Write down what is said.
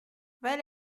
weil